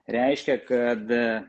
reiškia kad